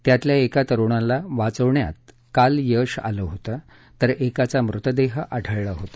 त्यातल्या एका तरुणाला वाचवण्यात काल यश आलं होतं तर एकाचा मृतदेह आढळला होता